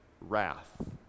wrath